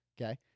Okay